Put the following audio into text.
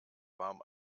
warm